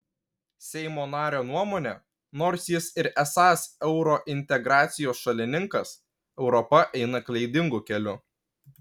seimo nario nuomone nors jis ir esąs eurointegracijos šalininkas europa eina klaidingu keliu